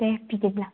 दे बिदिब्ला